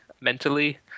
mentally